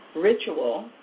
ritual